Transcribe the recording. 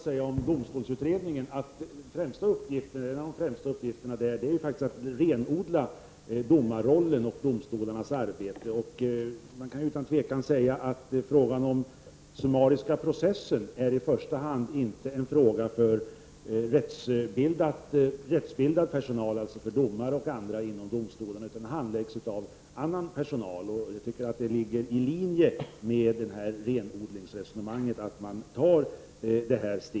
Herr talman! En av de främsta uppgifterna i domstolsutredningen är att renodla domarrollen och domstolarnas arbete. Den summariska processen är i första hand inte en fråga för rättsbildade, dvs. domare och andra inom domstolarna, utan den handläggs av annan personal. Jag tycker att det ligger i linje med resonemanget om renodling att det steget tas.